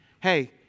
Hey